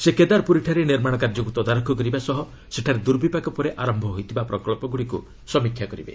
ସେ କେଦାରପୁରୀଠାରେ ନିର୍ମାଣ କାର୍ଯ୍ୟକୁ ତଦାରଖ କରିବା ସହ ସେଠାରେ ଦୁର୍ବିପାକ ପରେ ଆରମ୍ଭ ହୋଇଥିବା ପ୍ରକଳ୍ପଗୁଡ଼ିକୁ ସମୀକ୍ଷା କରିବେ